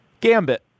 Gambit